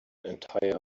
entire